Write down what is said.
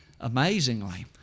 Amazingly